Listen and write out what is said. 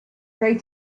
great